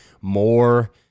more